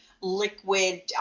liquid